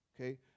Okay